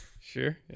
Sure